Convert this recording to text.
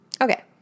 Okay